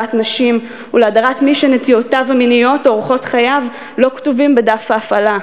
נשים ולהדרת מי שנטיותיו המיניות או אורחות חייו לא כתובים בדף ההפעלה,